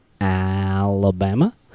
Alabama